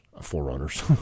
Forerunners